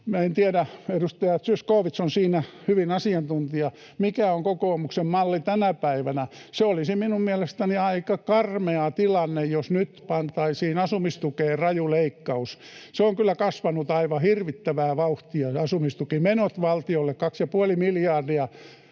en tiedä — edustaja Zyskowicz on siinä hyvä asiantuntija, mikä on kokoomuksen malli tänä päivänä. Se olisi minun mielestäni aika karmea tilanne, jos nyt pantaisiin asumistukeen raju leikkaus. Asumistukimenot ovat kyllä kasvaneet aivan hirvittävää vauhtia valtiolle: 2,5 miljardia,